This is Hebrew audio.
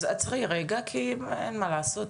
אז עצרי רגע כי אין מה לעשות,